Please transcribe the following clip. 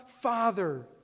Father